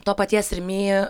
to paties rimi